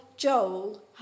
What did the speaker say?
Joel